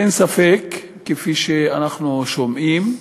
אין ספק, כפי שאנחנו שומעים,